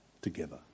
together